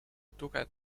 tuge